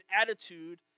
attitude